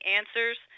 answers